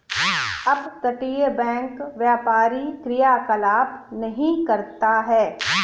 अपतटीय बैंक व्यापारी क्रियाकलाप नहीं करता है